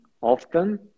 often